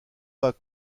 bas